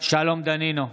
שלום דנינו,